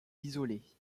isolées